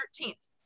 13th